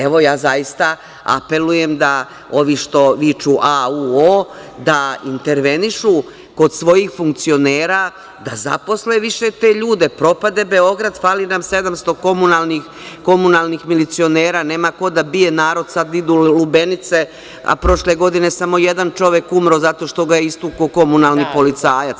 Evo, ja zaista apelujem da ovi što viču „Ua“, „o“ da intervenišu kod svojih funkcionera da zaposle više te ljude, propade Beograd, fali nam 700 komunalnih milicionera, nema ko da bije narod, sad idu lubenice, a prošle godine samo jedan čovek umro zato što ga je istukao komunalni policajac.